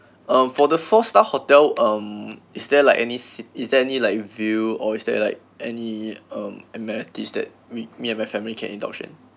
um for the four star hotel um is there like any is there any like view or is there like any amenities that we me and my family can indulge in